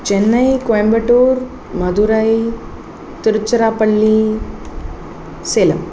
Chennai Coimbatore Madurai Tiruchirappalli Salem